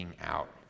out